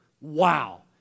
wow